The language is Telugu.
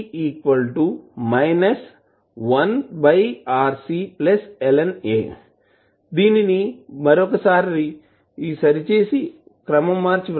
అవుతుంది